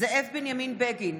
זאב בנימין בגין,